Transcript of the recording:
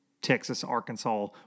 Texas-Arkansas